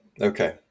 okay